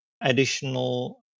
additional